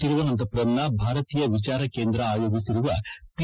ತಿರುವನಂತಪುರಂನ ಭಾರತೀಯ ವಿಚಾರ ಕೇಂದ್ರ ಆಯೋಜಿಸಿರುವ ಪಿ